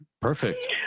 Perfect